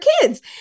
kids